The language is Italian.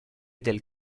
del